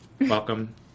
Welcome